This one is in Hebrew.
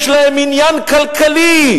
יש להם עניין כלכלי,